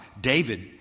David